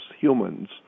humans